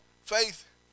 faith